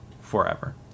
forever